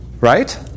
Right